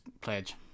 pledge